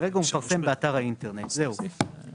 כרגע הוא מפרסם באתר האינטרנט וזהו זה.